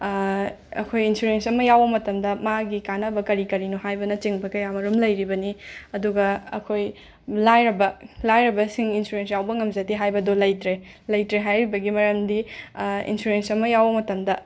ꯑꯩꯈꯣꯏ ꯏꯟꯁꯨꯔꯦꯟꯁ ꯑꯃ ꯌꯥꯎꯕ ꯃꯇꯝꯗ ꯃꯥꯒꯤ ꯀꯥꯟꯅꯕ ꯀꯔꯤ ꯀꯔꯤꯅꯣ ꯍꯥꯏꯕꯅꯆꯤꯡꯕ ꯀꯌꯥꯃꯔꯨꯝ ꯂꯩꯔꯤꯕꯅꯤ ꯑꯗꯨꯒ ꯑꯩꯈꯣꯏ ꯂꯥꯏꯔꯕ ꯂꯥꯏꯔꯕꯁꯤꯡ ꯏꯟꯁꯨꯔꯦꯟꯁ ꯌꯥꯎꯕ ꯉꯝꯖꯗꯦ ꯍꯥꯏꯕꯗꯣ ꯂꯩꯇ꯭ꯔꯦ ꯂꯩꯇ꯭ꯔꯦ ꯍꯥꯏꯔꯤꯕꯒꯤ ꯃꯔꯝꯗꯤ ꯏꯟꯁꯨꯔꯦꯟꯁ ꯑꯃ ꯌꯥꯎꯕ ꯃꯇꯝꯗ